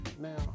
Now